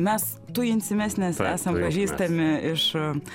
mes tujinsimės nes esam pažįstami iš